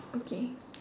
okay